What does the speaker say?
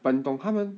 but 你懂他们